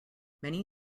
many